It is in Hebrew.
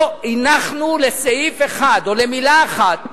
לא הנחנו לסעיף אחד, או למלה אחת